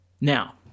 Now